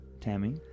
Tammy